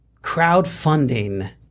crowdfunding